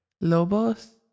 Lobos